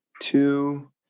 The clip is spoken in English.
two